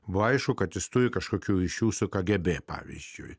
buvo aišku kad jis turi kažkokių ryšių su kgb pavyzdžiui